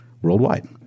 worldwide